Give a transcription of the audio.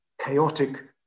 chaotic